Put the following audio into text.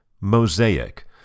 Mosaic